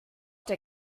der